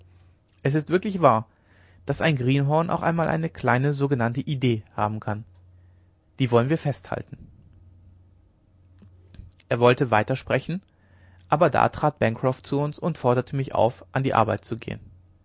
es ist wirklich wahr daß ein greenhorn auch einmal eine kleine sogenannte idee haben kann die wollen wir festhalten er wollte weiter sprechen aber da trat bancroft zu uns und forderte mich auf an die arbeit zu gehen